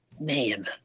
Man